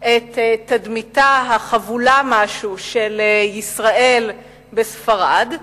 את תדמיתה החבולה משהו של ישראל בספרד,